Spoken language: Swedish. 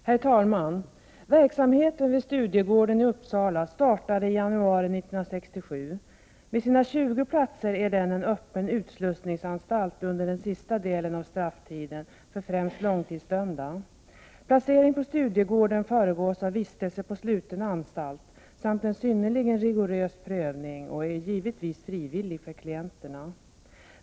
Herr talman! Verksamheten vid Studiegården i Uppsala startade i januari 1967. Med sina 20 platser är den en öppen utslussningsanstalt under sista delen av strafftiden för främst långtidsdömda. Placering på Studiegården föregås av vistelse på sluten anstalt samt synnerligen rigorös prövning, och är givetvis frivillig för klienterna.